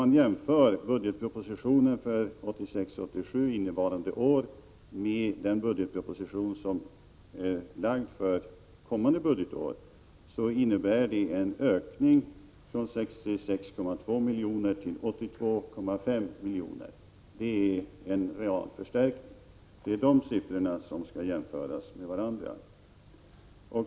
I jämförelse med budgetpropositionen för innevarande år innebär den budgetproposition som är framlagd för kommande budgetår en ökning från 66,2 milj.kr. till 82,5 milj.kr. Det är en real förstärkning. Det är de siffrorna som skall jämföras med varandra.